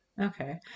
Okay